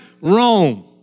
Rome